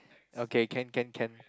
okay can can can